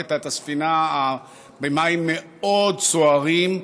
ניווטת את הספינה במים מאוד סוערים,